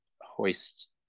hoist